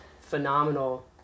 phenomenal